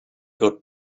got